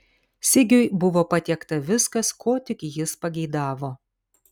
sigiui buvo patiekta viskas ko tik jis pageidavo